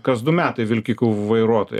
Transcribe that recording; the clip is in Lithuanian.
kas du metai vilkikų vairuotojai